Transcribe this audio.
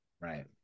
Right